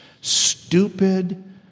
stupid